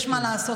יש עוד מה לעשות,